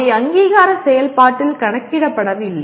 அவை அங்கீகார செயல்பாட்டில் கணக்கிடப்படவில்லை